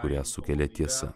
kurią sukelia tiesa